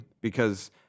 Because-